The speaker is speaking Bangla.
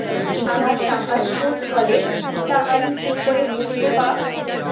আমার টাকা শোধ হলে তা আমি কি করে বুঝতে পা?